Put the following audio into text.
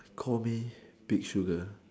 call me big sugar